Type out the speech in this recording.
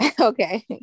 Okay